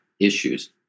issues